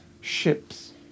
ships